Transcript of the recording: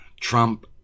Trump